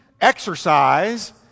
exercise